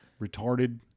retarded